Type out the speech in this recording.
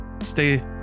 Stay